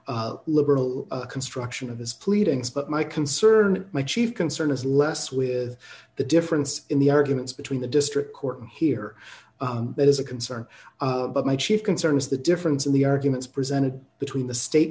liberal construction of this pleadings but my concern my chief concern is less with the difference in the arguments between the district court and here it is a concern but my chief concern is the difference in the arguments presented between the state